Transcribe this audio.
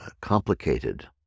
complicated